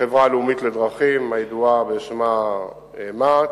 החברה הלאומית לדרכים הידועה בשמה מע"צ,